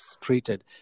treated